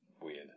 weird